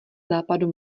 západu